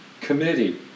committee